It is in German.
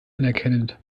anerkennend